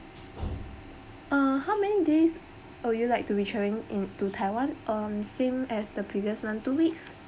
uh how many days uh would you like to be travelling to taiwan um same as the previous one two weeks